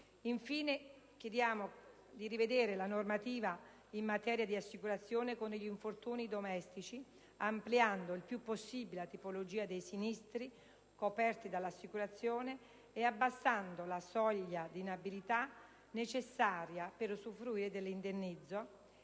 Infine, chiediamo di rivedere la normativa in materia di assicurazione contro gli infortuni domestici, ampliando il più possibile la tipologia dei sinistri coperti dall'assicurazione e abbassando la soglia di inabilità necessaria per usufruire dell'indennizzo,